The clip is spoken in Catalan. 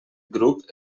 grup